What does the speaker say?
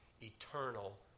eternal